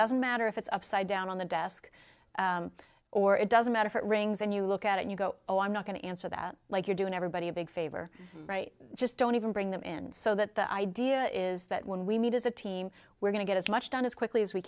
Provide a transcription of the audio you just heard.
doesn't matter if it's upside down on the desk or it doesn't matter if it rings and you look at it you go oh i'm not going to answer that like you're doing everybody a big favor right just don't even bring them in so that the idea is that when we meet as a team we're going to get as much done as quickly as we